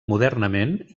modernament